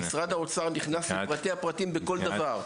אבל משרד האוצר נכנס לפרטי הפרטים בכל דבר.